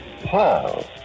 Paul